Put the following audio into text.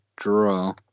draw